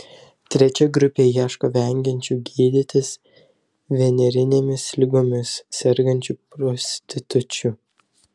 trečia grupė ieško vengiančių gydytis venerinėmis ligomis sergančių prostitučių